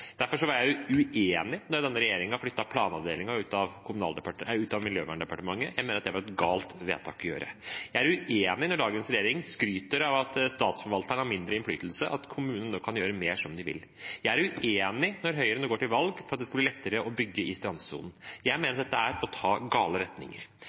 Derfor var jeg uenig da denne regjeringen flyttet planavdelingen ut av Miljøverndepartementet. Jeg mener at det var et galt vedtak å gjøre. Jeg er uenig når dagens regjering skryter av at statsforvalteren har mindre innflytelse, og at kommunene nå kan gjøre mer som de vil. Jeg er uenig når Høyre nå går til valg på at det skal bli lettere å bygge i strandsonen. Jeg